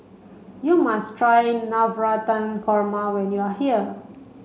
you must try Navratan Korma when you are here